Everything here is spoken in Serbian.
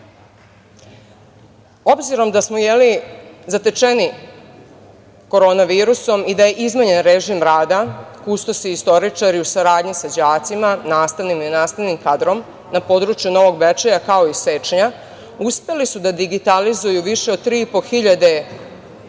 da smo zatečeni korona virusom i da je izmenjen režim rada, kustosi i istoričari u saradnji sa đacima, nastavnicima i nastavnim kadrom na području Novog Bečeja, kao i Sečnja, uspeli su da digitalizuju više od tri